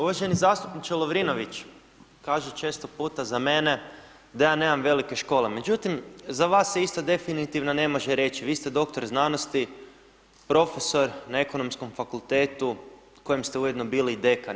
Uvaženi zastupniče Lovrinović, kažu često puta za mene da ja nemam velike škole, međutim za vas se isto definitivno ne može reći, vi ste dr. znanosti, prof. na ekonomskom fakultetu na kojem ste ujedno bili i dekan.